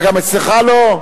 מה, גם אצלך לא?